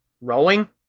Rowing